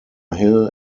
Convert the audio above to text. hill